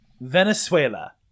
Venezuela